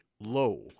Low